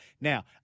Now